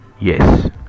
yes